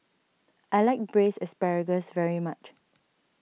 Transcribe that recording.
I like Braised Asparagus very much